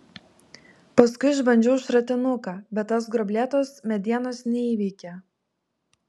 paskui išbandžiau šratinuką bet tas gruoblėtos medienos neįveikė